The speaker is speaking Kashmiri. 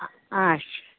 آچھا